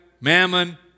Mammon